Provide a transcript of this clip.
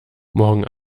morgen